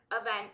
event